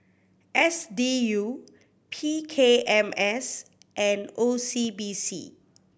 S D U P K M S and O C B C